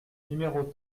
numéros